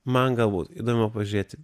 man galbūt įdomiau pažiūrėti